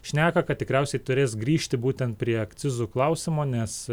šneka kad tikriausiai turės grįžti būtent prie akcizų klausimo nes